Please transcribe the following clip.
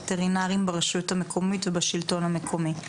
יושב-ראש ארגון הווטרינרים ברשות המקומית ובשלטון המקומי.